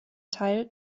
teil